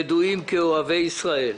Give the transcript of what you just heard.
ידועים כאוהבי ישראל.